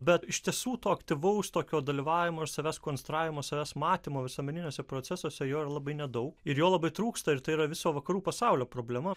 bet iš tiesų to aktyvaus tokio dalyvavimo ir savęs konstravimo savęs matymo visuomeniniuose procesuose jo yra labai nedaug ir jo labai trūksta ir tai yra viso vakarų pasaulio problema